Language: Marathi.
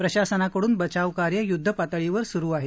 प्रशासनाकडून बचावकार्य युद्धपातळीवर सुरु आहे